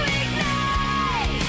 ignite